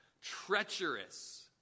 treacherous